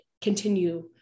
continue